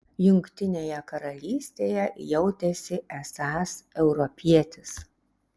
jungtinėje karalystėje jautėsi esąs europietis